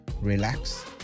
relax